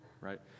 right